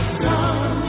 sun